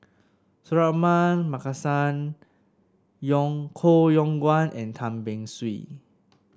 Suratman Markasan Yong Koh Yong Guan and Tan Beng Swee